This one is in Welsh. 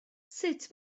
sut